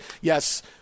yes